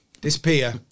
Disappear